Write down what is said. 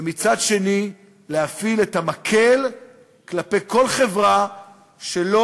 ומצד שני להפעיל את המקל כלפי כל חברה שלא